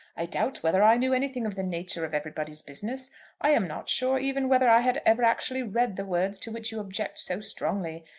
i doubt whether i knew anything of the nature of everybody's business i am not sure even whether i had ever actually read the words to which you object so strongly.